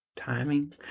Timing